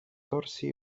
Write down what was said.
torsji